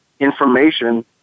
Information